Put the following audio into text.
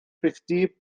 rhithdyb